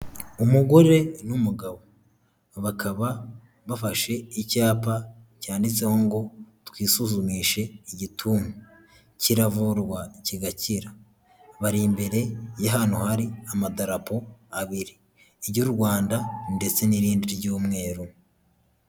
Umugore n'umugabo bakaba bafashe icyapa cyanditseho ngo twisuzumishe igituntu, kiravurwa kigakira bari imbere ya hantu hari amadarapo abiri iry'u Rwanda ndetse n'irindi ry'umweru.